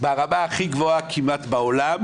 ברמה הכי גבוהה כמעט בעולם